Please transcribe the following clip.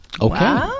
Okay